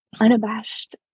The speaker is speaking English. unabashed